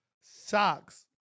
socks